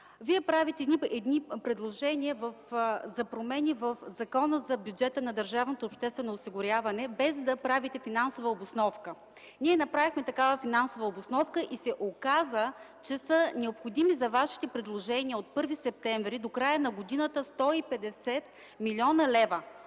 Вие правите предложения за промени в Закона за бюджета на държавното обществено осигуряване без да правите финансова обосновка. Ние направихме финансова обосновка и се оказа, че за вашите предложения, от 1 септември до края на годината, са